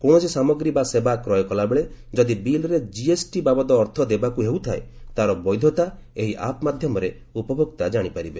କୌଣସି ସାମଗ୍ରୀ ବା ସେବା କ୍ରୟ କଲାବେଳେ ଯଦି ବିଲ୍ରେ ଜିଏସ୍ଟି ବାବଦ ଅର୍ଥ ଦେବାକୁ ହେଉଥାଏ ତାର ବୈଧତା ଏହି ଆପ୍ ମାଧ୍ୟମରେ ଉପଭୋକ୍ତା ଜାଣିପାରିବେ